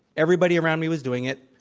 everybody around me was doing it,